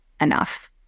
enough